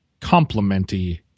complimenty